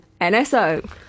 NSO